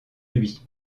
lui